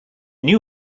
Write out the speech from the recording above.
new